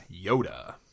yoda